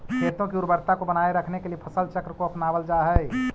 खेतों की उर्वरता को बनाए रखने के लिए फसल चक्र को अपनावल जा हई